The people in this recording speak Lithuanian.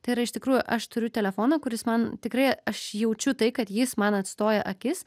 tai yra iš tikrųjų aš turiu telefoną kuris man tikrai aš jaučiu tai kad jis man atstoja akis